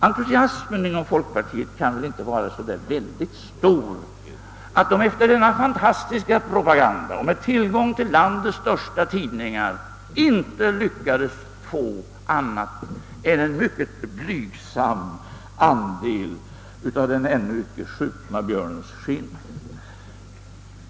Entusiasmen inom folkpartiet kan nog inte vara så stor, när partiet efter denna fantastiska propaganda med tillgång till landets största tidningar ändå inte lyckades få annat än en mycket blygsam andel av den ännu inte skjutna björnens skinn.